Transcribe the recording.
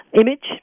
image